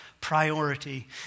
priority